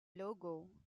logo